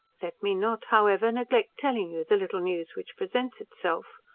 let me not, however, neglect telling you the little news which presents itself.